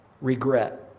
Regret